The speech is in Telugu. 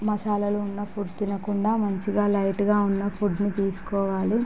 మసాలాలు ఉన్న ఫుడ్ తినకుండా మంచిగా లైట్గా ఉన్న ఫుడ్ను తీసుకోవాలి